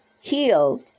healed